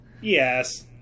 Yes